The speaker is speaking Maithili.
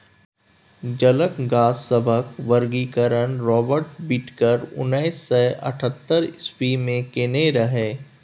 जलक गाछ सभक वर्गीकरण राबर्ट बिटकर उन्नैस सय अठहत्तर इस्वी मे केने रहय